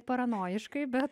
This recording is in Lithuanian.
poranojiškai bet